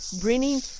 bringing